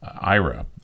IRA